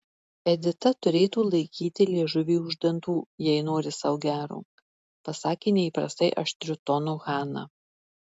edita turėtų laikyti liežuvį už dantų jei nori sau gero pasakė neįprastai aštriu tonu hana